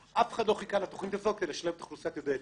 אף אחד לא חיכה לתכנית הזאת כדי לשלב את אוכלוסיית ילדי אתיופיה.